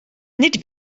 nid